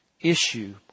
issue